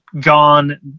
gone